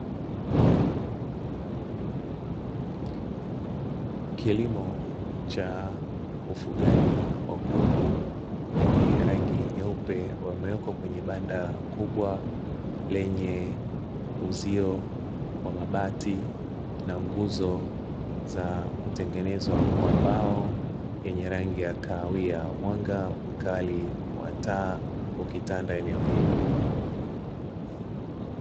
Kilimo cha ufugaji wa kuku wenye rangi nyeupe, wamewekwa kwenye banda kubwa lenye uzio wa mabati na nguzo za kutengenezwa kwa mbao yenye rangi ya kahawia, mwanga mkali wa taa ukitanda eneo hilo.